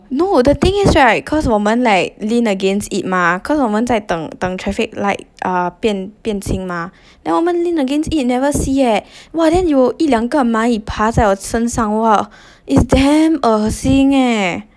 no the thing is right cause 我们 like lean against it mah cause 我们在等等 traffic light ah 变变青 mah then 我们 lean against it never see eh !wah! then 有一两个蚂蚁爬在我身上 !wah! it's damn 恶心 eh